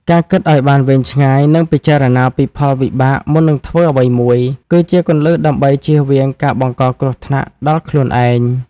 ការគិតឲ្យបានវែងឆ្ងាយ និងពិចារណាពីផលវិបាកមុននឹងធ្វើអ្វីមួយ គឺជាគន្លឹះដើម្បីជៀសវាងការបង្កគ្រោះថ្នាក់ដល់ខ្លួនឯង។